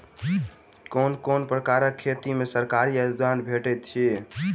केँ कुन प्रकारक खेती मे सरकारी अनुदान भेटैत अछि?